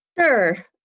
Sure